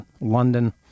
London